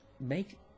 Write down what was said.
make